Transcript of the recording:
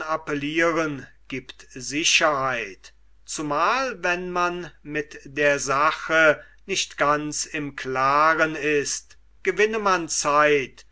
appelliren giebt sicherheit zumal wenn man mit der sache nicht ganz im klaren ist gewinne man zeit